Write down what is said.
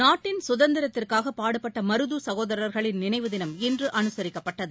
நாட்டின் சுதந்திரத்திற்காகபாடுபட்டமருதுசகோதரர்களின் நினைவு தினம் இன்றுஅனுசரிக்கப்பட்டது